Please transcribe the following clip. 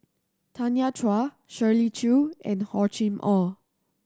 Tanya Chua Shirley Chew and Hor Chim Or